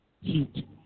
Heat